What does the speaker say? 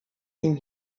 ihm